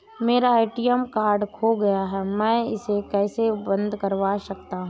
मेरा ATM card खो गया है मैं इसे कैसे बंद करवा सकता हूँ?